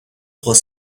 trois